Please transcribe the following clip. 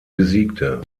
besiegte